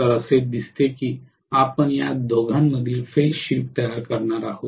तर असे दिसते की आपण या दोघांमधील फेज शिफ्ट तयार करणार आहात